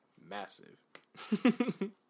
massive